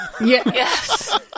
Yes